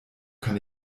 kann